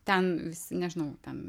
ten visi nežinau ten